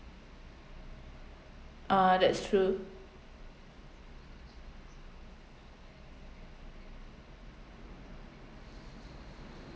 ah that's true